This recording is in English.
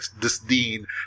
disdain